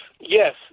Yes